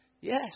Yes